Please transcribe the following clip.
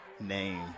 name